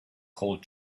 cold